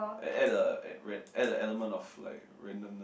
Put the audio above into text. and add the a add the element of like randomness